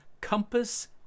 compass